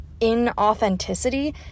inauthenticity